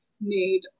made